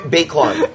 Bacon